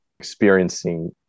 experiencing